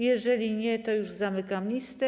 Jeżeli nie, to już zamykam listę.